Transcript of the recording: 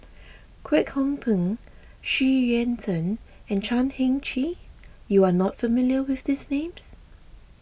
Kwek Hong Png Xu Yuan Zhen and Chan Heng Chee you are not familiar with these names